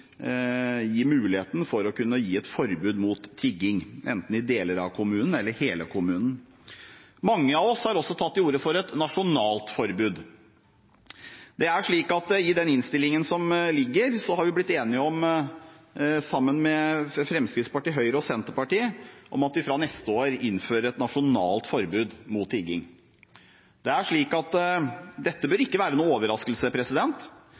gi mulighet for å kunne ha et forbud mot tigging enten i deler av kommunen eller i hele kommunen. Mange av oss har også tatt til orde for et nasjonalt forbud. I den innstillingen som foreligger, har vi i Fremskrittspartiet, Høyre og Senterpartiet blitt enige om at vi fra neste år innfører et nasjonalt forbud mot tigging. Dette bør ikke være noen overraskelse. Det er